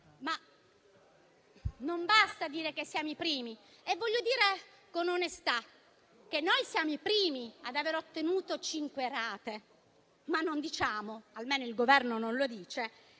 Non basta dire che siamo i primi e voglio dire con onestà che noi siamo i primi ad aver ottenuto cinque rate, ma non diciamo - almeno il Governo non lo dice